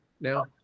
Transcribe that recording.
now